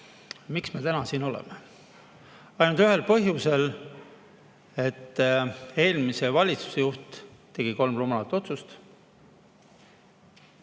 Miks me täna siin oleme? Ainult ühel põhjusel: eelmise valitsuse juht tegi kolm rumalat otsust